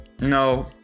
no